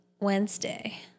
Wednesday